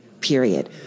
period